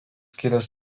kilęs